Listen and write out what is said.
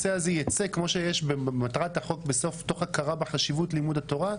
כמו שיש במטרת החוק "...תוך הכרה בחשיבות לימוד התורה",